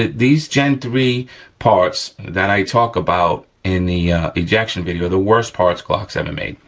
these gen three parts that i talk about in the ejection video are the worst parts glock's ever made.